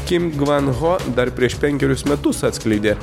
kim gvan ho dar prieš penkerius metus atskleidė